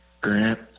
Grant